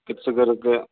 கிட்ஸுக்கும் இருக்கும்